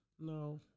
no